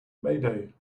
mayday